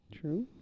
True